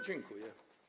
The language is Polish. Dziękuję.